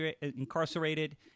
incarcerated